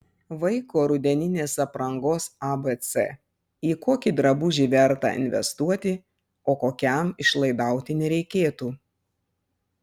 vaiko rudeninės aprangos abc į kokį drabužį verta investuoti o kokiam išlaidauti nereikėtų